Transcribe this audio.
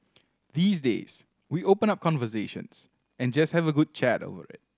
these days we open up conversations and just have a good chat over it